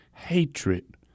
hatred